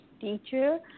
teacher